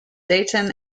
dayton